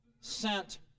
sent